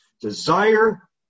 desire